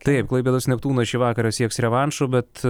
taip klaipėdos neptūnas šį vakarą sieks revanšo bet